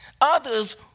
Others